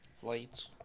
Flights